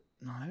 No